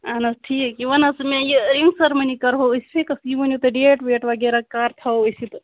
اہن حظ ٹھیٖک یہِ وَن حظ ژٕ مےٚ یہِ رِنٛگ سٔرمٕنی کَرہو أسۍ فِکٕس یہِ ؤنِو تُہۍ ڈیٹ ویٹ وغیرہ کَر تھاوو أسۍ یہِ تہٕ